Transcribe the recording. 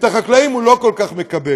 את החקלאים הוא לא כל כך מקבל.